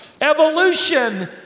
evolution